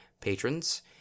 patrons